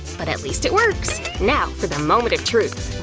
but at least it works. now for the moment of truth,